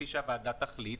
כפי שהוועדה תחליט,